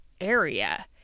area